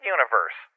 Universe